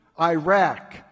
Iraq